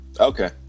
Okay